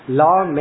law